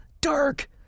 dark